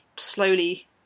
slowly